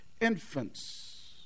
infants